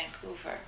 Vancouver